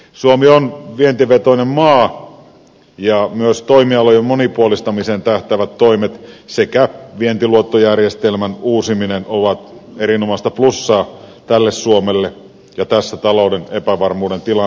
suomi on vientivetoinen maa ja myös toimialojen monipuolistamiseen tähtäävät toimet sekä vientiluottojärjestelmän uusiminen ovat erinomaista plussaa suomelle ja tässä talouden epävarmuuden tilanteessa